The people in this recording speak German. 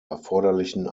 erforderlichen